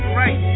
right